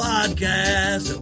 Podcast